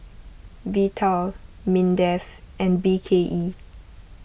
Vital Mindef and B K E